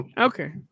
Okay